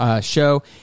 show